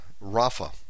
Rafa